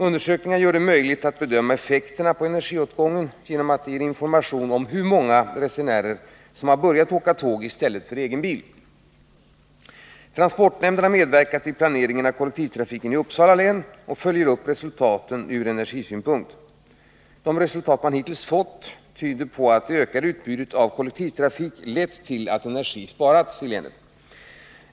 Undersökningarna gör det möjligt att bedöma effekterna på energiåtgången genom att de ger information om hur många resenärer som har börjat åka tåg i stället för egen bil. Transportnämnden har medverkat vid planeringen av kollektivtrafiken i Uppsala län och följer upp resultaten ur energisynpunkt. De resultat man Nr 54 hittills fått fram tyder på att det ökade utbudet av kollektivtrafik lett till att energi sparats i länet.